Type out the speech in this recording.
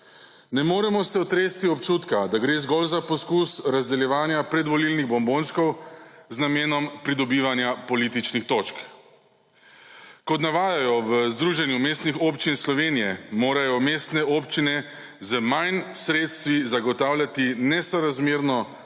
Ne moremo se otresti občutka, da gre zgolj za poskus razdeljevanja predvolilnih bombončkov z namenom pridobivanja političnih točk. Kot navajajo v Združenju mestnih občin Slovenije morajo mestne občine z manj sredstvi zagotavljati nesorazmerno